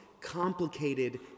complicated